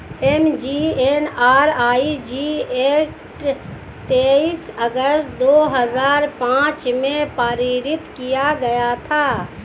MGNREG act तेईस अगस्त दो हजार पांच में पारित किया गया था